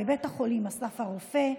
בבית החולים אסף הרופא,